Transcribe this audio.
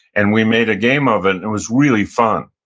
and we made a game of it. it was really fun.